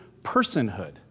personhood